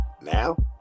Now